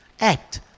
Act